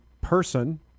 person